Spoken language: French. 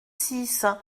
six